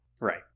right